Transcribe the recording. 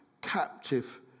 captive